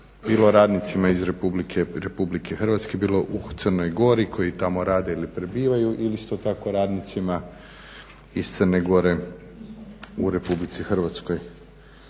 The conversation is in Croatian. bilo radnicima iz RH, bilo u Crnoj Gori koji tamo rade ili prebivaju ili isto tako radnicima iz Crne Gore u RH. Iz ovog